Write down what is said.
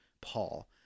Paul